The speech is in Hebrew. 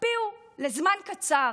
תקפיאו לזמן קצר